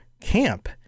camp